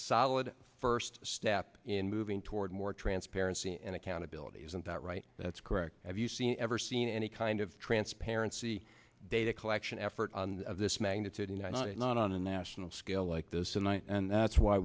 solid first step in moving toward more transparency and accountability isn't that right that's correct have you seen ever seen any kind of transparency data collection effort of this magnitude not it not on a national scale like this one and that's why